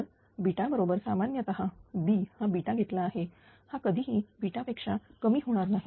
तर बरोबर सामान्यतः B हा घेतला आहे हा कधीही बीटा पेक्षा कमी होणार नाही